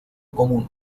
común